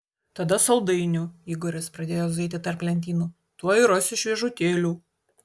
tada saldainių igoris pradėjo zuiti tarp lentynų tuoj rasiu šviežutėlių